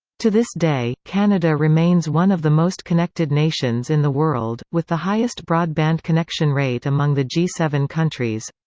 to this day, canada remains one of the most connected nations in the world, with the highest broadband connection rate among the g seven countries.